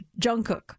Jungkook